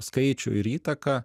skaičių ir įtaką